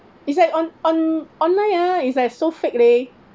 is like on~ on~ online ah is like so fake leh